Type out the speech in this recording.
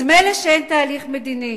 אז מילא שאין תהליך מדיני,